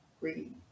read